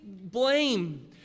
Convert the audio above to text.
blame